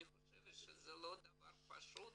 זה לא דבר פשוט.